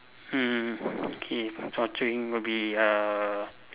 mm okay torturing will be err